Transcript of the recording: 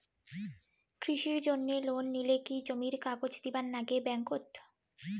কৃষির জন্যে লোন নিলে কি জমির কাগজ দিবার নাগে ব্যাংক ওত?